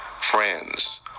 friends